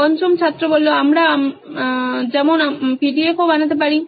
পঞ্চম ছাত্র যেমন আমরা পিডিএফ ও বানাতে পারি